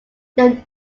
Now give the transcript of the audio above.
then